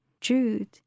Jude